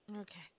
Okay